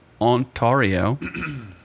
Ontario